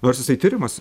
nors jisai tyriamas